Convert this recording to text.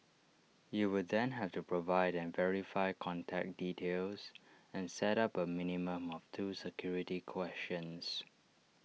you will then have to provide and verify contact details and set up A minimum of two security questions